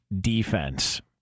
defense